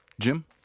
Jim